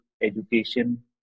education